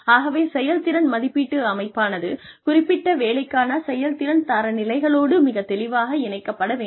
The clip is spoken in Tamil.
ஆகவே செயல்திறன் மதிப்பீட்டு அமைப்பானது குறிப்பிட்ட வேலைக்கான செயல்திறன் தரநிலைகளோடு மிகத் தெளிவாக இணைக்கப்பட வேண்டும்